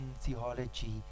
theology